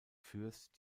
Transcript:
fürst